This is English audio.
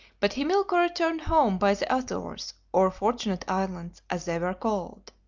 but himilco returned home by the azores or fortunate islands, as they were called.